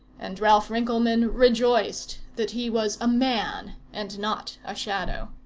and ralph rinkelmann rejoiced that he was a man, and not a shadow.